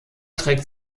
trägt